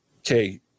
okay